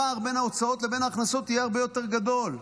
הפער בין ההוצאות לבין ההכנסות יהיה הרבה יותר גדול.